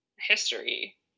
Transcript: history